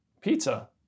pizza